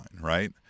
right